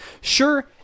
Sure